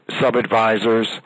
sub-advisors